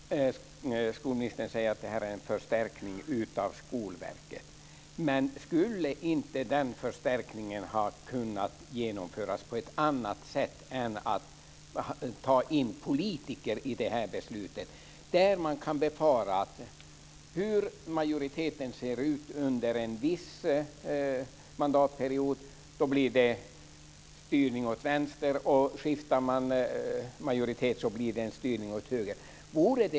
Fru talman! Skolministern säger att det här är en förstärkning av Skolverket. Men skulle inte den förstärkningen ha kunnat genomföras på ett annat sätt än genom att man tar in politiker i besluten? Jag befarar att det med majoriteten under en viss mandatperiod blir en styrning åt vänster, och när majoriteten skiftar blir det en styrning åt höger.